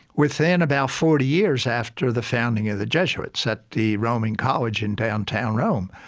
within about forty years after the founding of the jesuits at the roman college in downtown rome.